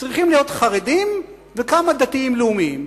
צריכים להיות חרדים וכמה דתיים-לאומיים,